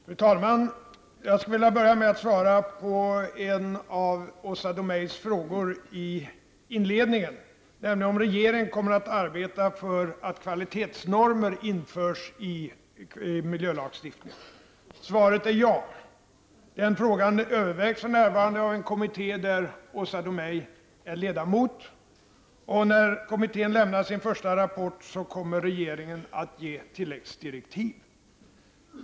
Fru talman! Låt mig börja med att besvara en av de frågor som Åsa Domeij inledningsvis ställde, nämligen om regeringen kommer att arbeta för att kvalitetsnormer införs i miljölagstiftningen. Svaret är ja. Den frågan övervägs för närvarande av en kommitté i vilken Åsa Domeij ingår som ledamot. När kommittén lämnar sin första rapport kommer regeringen att ge tilläggsdirektiv.